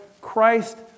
Christ